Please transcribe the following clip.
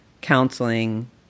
counseling